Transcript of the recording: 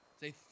Say